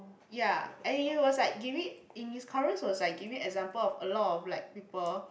ya and he was like giving in his chorus was like giving example of a lot of like people